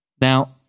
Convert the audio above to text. Now